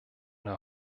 der